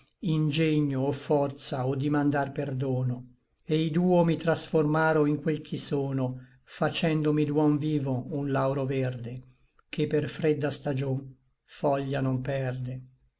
ingegno o forza o dimandar perdono e i duo mi trasformaro in quel ch'i sono facendomi d'uom vivo un lauro verde che per fredda stagion foglia non perde